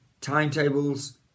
timetables